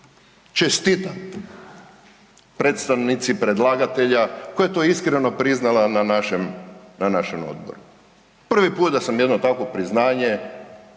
Čestitam predstavnici predlagatelja koja je to iskreno priznala na našem, na našem odboru. Prvi put da sam jedno takvo priznanje,